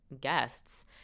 guests